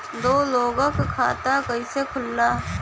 दो लोगक खाता कइसे खुल्ला?